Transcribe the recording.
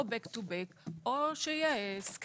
או Back to back או שיהיה הסכם,